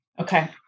Okay